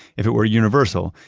if it were universal,